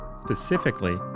Specifically